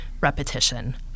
repetition